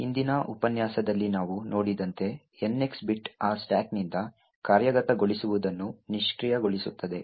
ಹಿಂದಿನ ಉಪನ್ಯಾಸದಲ್ಲಿ ನಾವು ನೋಡಿದಂತೆ NX ಬಿಟ್ ಆ ಸ್ಟಾಕ್ನಿಂದ ಕಾರ್ಯಗತಗೊಳಿಸುವುದನ್ನು ನಿಷ್ಕ್ರಿಯಗೊಳಿಸುತ್ತದೆ